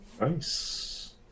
Nice